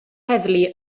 heddlu